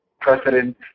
president